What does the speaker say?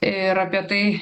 ir apie tai